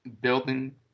building